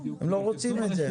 הם לא רוצים את זה.